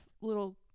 little